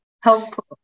helpful